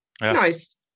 Nice